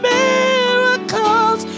miracles